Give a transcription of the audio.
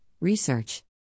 research